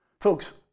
Folks